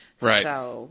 Right